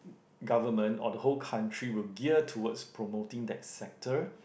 government or the whole country will gear towards promoting that sector